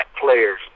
players